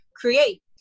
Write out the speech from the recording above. create